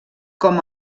com